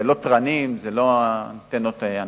זה לא תרנים, זה לא אנטנות ענקיות.